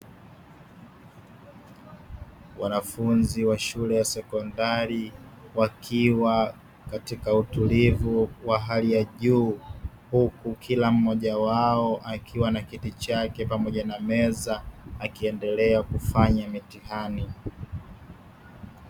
Wanafunzi wa shule ya sekondari, wakiwa katika utulivu wa hali ya juu, huku kila mmoja wao akiwa na kiti chake pamoja na meza, akiendelea kufanya mitihani.